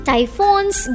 Typhoons